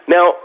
Now